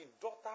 daughter